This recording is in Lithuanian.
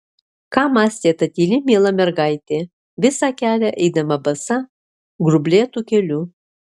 ką mąstė ta tyli miela mergaitė visą kelią eidama basa grublėtu keliu